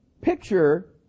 picture